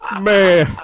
Man